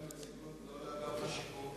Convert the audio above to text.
אין שם נציגות לאגף השיקום,